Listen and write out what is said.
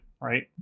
Right